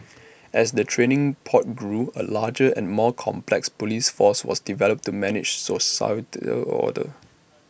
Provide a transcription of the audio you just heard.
as the training port grew A larger and more complex Police force was developed to manage societal order